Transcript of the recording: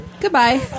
Goodbye